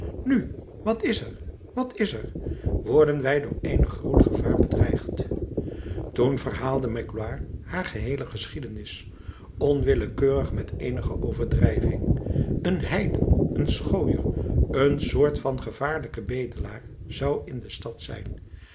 nu wat is er wat is er worden wij door eenig groot gevaar bedreigd toen verhaalde magloire haar geheele geschiedenis onwillekeurig met eenige overdrijving een heiden een schooier een soort van gevaarlijke bedelaar zou in de stad zijn